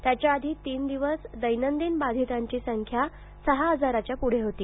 त्याच्या आधी तीन दिवस दैनंदिन बाधितांची संख्या सहा हजारच्या पुढं होती